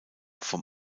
vom